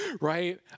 right